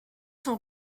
sont